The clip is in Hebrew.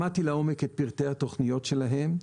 למדתי לעומק את פרטי התוכניות שלהן,